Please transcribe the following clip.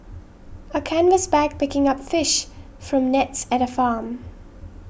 a canvas bag picking up fish from nets at a farm